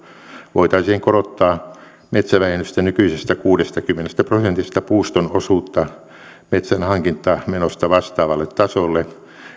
voitaisiin korottaa metsävähennystä nykyisestä kuudestakymmenestä prosentista puuston osuutta metsänhankintamenosta vastaavalle tasolle